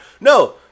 No